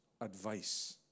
advice